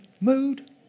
mood